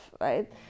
right